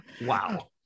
Wow